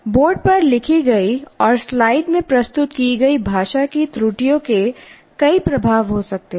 board पर लिखी गई और स्लाइड में प्रस्तुत की गई भाषा की त्रुटियों के कई प्रभाव हो सकते हैं